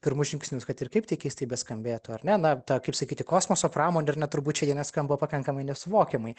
pirmus žingsnius kad ir kaip tai keistai beskambėtų ar ne kaip sakyti kosmoso pramonė ar ne turbūt šiandiena skamba pakankamai nesuvokiamai